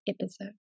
episode